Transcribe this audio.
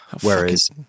whereas